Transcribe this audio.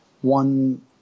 one